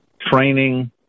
training